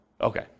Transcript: Okay